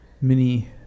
mini